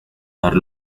dar